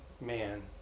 man